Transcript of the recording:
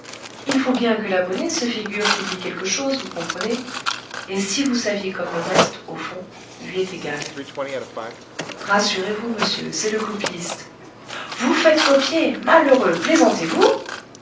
il faut bien que l'abonné se figure qu'il lit quelque chose vous comprenez et si vous saviez comme le reste au fond lui est égal rassurez-vous monsieur c'est le copiste vous faites copier malheureux